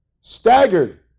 staggered